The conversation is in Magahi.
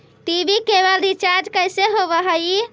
टी.वी केवल रिचार्ज कैसे होब हइ?